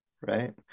right